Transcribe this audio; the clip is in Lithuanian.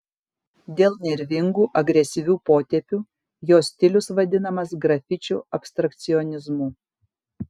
dėl nervingų agresyvių potėpių jo stilius vadinamas grafičių abstrakcionizmu